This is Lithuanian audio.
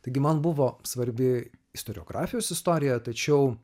taigi man buvo svarbi istoriografijos istorija tačiau